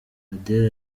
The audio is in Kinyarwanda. adele